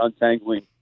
untangling